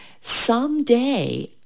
someday